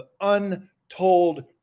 untold